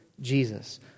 Jesus